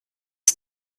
hat